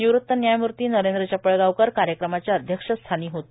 निवृत न्यायमूर्ती नरेंद्र चपळगावकर कार्यक्रमाच्या अध्यक्षस्थानी होते